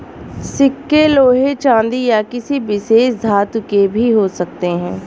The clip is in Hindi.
सिक्के लोहे चांदी या किसी विशेष धातु के भी हो सकते हैं